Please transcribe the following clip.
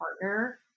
partner